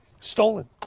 stolen